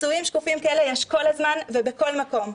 פצועים שקופים כאלה יש כל הזמן ובכל מקום.